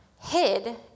hid